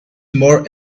more